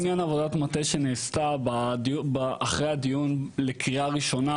לעניין עבודת המטה שנעשתה אחרי הדיון לקריאה ראשונה,